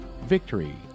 Victory